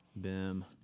Bim